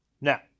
Now